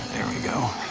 we go.